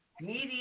media